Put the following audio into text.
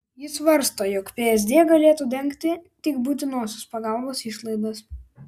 ji svarsto jog psd galėtų dengti tik būtinosios pagalbos išlaidas